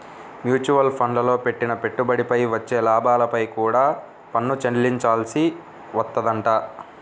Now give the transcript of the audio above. mutual ఫండ్లల్లో పెట్టిన పెట్టుబడిపై వచ్చే లాభాలపై కూడా పన్ను చెల్లించాల్సి వత్తదంట